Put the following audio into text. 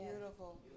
beautiful